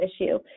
issue